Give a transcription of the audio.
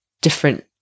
different